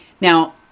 Now